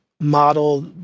model